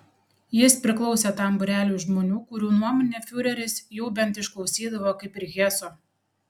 jis priklausė tam būreliui žmonių kurių nuomonę fiureris jau bent išklausydavo kaip ir heso